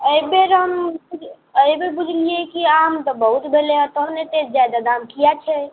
एहिबेर हम एहिबेर बुझलिए कि आम तऽ बहुत भेलै हँ तहन एतेक ज्यादा दाम किएक छै